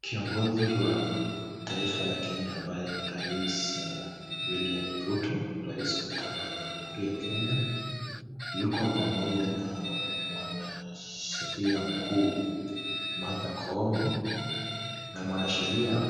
Kiongozi wa taifa la Kenya ambaye ni Rais William Ruto, rais wa tano wa Jamhuri ya Kenya, yuko pamoja na mwanasheria mkuu, Martha Koome, na mwanasheria